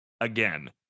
again